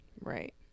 Right